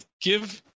give